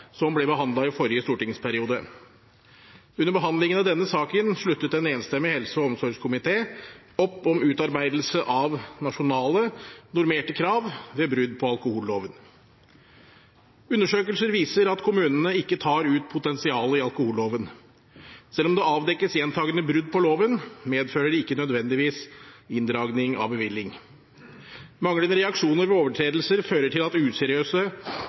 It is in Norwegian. som ble behandlet i forrige stortingsperiode. Under behandlingen av denne saken sluttet en enstemmig helse- og omsorgskomité opp om utarbeidelse av nasjonale normerte krav ved brudd på alkoholloven. Undersøkelser viser at kommunene ikke tar ut potensialet i alkoholloven. Selv om det avdekkes gjentakende brudd på loven, medfører det ikke nødvendigvis inndragning av bevilling. Manglende reaksjoner ved overtredelser fører til at useriøse